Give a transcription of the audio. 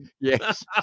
Yes